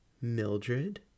Mildred